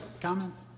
comments